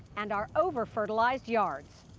and our over-fertilized yards.